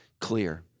clear